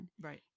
Right